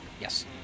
Yes